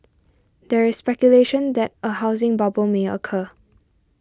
there is speculation that a housing bubble may occur